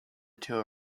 two